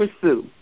pursue